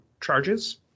charges